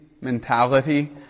mentality